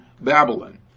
Babylon